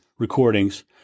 recordings